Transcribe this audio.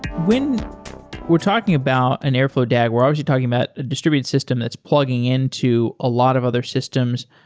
when we're talking about an airflow dag, we're obviously talking about a distributed system that's plugging into a lot of other systems.